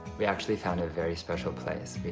we actually found a very special place.